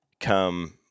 come